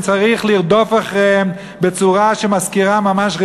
צריך לרדוף אחריהם בצורה שמזכירה ממש רדיפה.